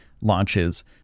launches